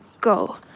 go